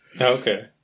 Okay